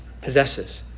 possesses